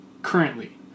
currently